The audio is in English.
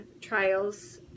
trials